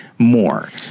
more